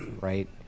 right